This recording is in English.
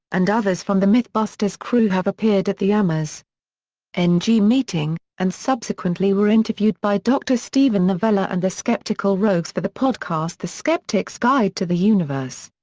and others from the mythbusters crew have appeared at the amaz and ng meeting, and subsequently were interviewed by dr. steven novella and the skeptical rogues for the podcast the skeptics' guide to the universe.